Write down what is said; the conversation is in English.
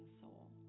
soul